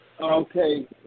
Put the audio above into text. Okay